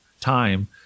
time